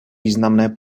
významné